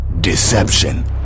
Deception